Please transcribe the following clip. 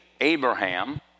Abraham